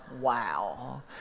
wow